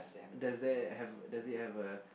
does that have does it have a